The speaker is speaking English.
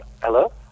Hello